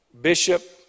Bishop